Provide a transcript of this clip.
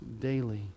daily